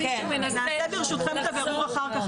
נעשה ברשותכם את הבירור אחר כך,